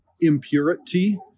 impurity